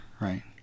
right